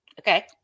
Okay